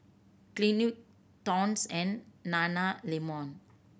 Clinique Toms and Nana Lemon